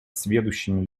сведущими